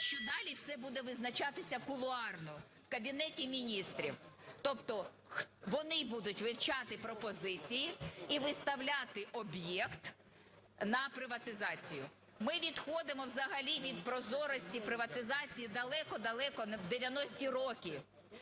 що далі все буде визначатися кулуарно в Кабінеті Міністрів. Тобто, вони будуть вивчати пропозиції і виставляти об'єкт на приватизацію. Ми відходимо взагалі від прозорості приватизації далеко-далеко в 90-ті роки.